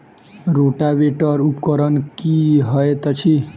Rotavator उपकरण की हएत अछि?